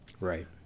Right